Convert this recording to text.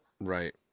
right